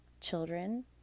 children